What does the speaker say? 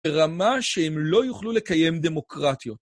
ברמה שהם לא יוכלו לקיים דמוקרטיות.